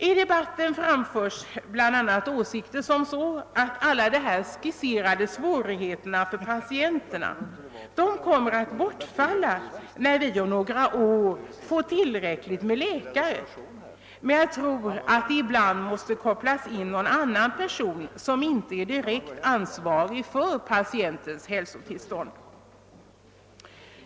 I debatten framförs bl.a. sådana åsikter som att alla de här skisserade svårigheterna för patienterna kommer att bortfalla när vi om några år får tillräckligt med läkare, men jag tror att det ibland måste kopplas in någon annan person som inte är direkt ansvarig för patientens hälsotillstånd.